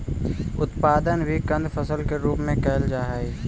उत्पादन भी कंद फसल के रूप में कैल जा हइ